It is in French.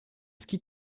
skis